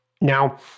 Now